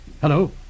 Hello